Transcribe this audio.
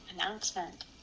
announcement